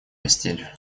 постель